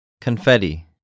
Confetti